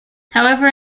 however